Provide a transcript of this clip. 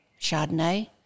Chardonnay